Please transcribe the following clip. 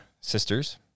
sisters